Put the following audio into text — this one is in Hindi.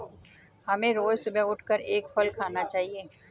हमें रोज सुबह उठकर एक फल खाना चाहिए